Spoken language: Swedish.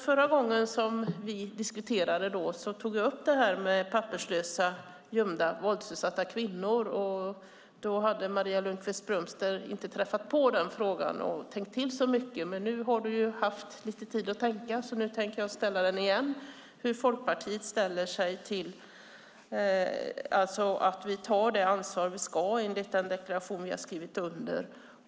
Förra gången vi diskuterade tog jag upp frågan om papperslösa gömda våldsutsatta kvinnor. Då hade Maria Lundqvist-Brömster inte träffat på den frågan och tänkt till så mycket. Nu har du haft lite tid att tänka. Jag tänker därför ställa frågan igen om hur Folkpartiet ställer sig till att vi tar det ansvar vi ska enligt den deklaration vi har skrivit under.